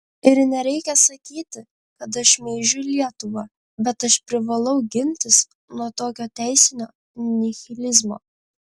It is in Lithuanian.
ir nereikia sakyti kad aš šmeižiu lietuvą bet aš privalau gintis nuo tokio teisinio nihilizmo